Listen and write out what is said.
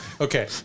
okay